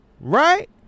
right